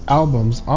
albums